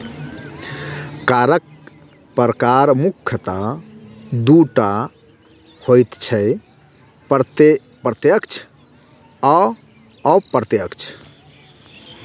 करक प्रकार मुख्यतः दू टा होइत छै, प्रत्यक्ष आ अप्रत्यक्ष